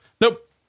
Nope